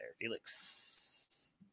Felix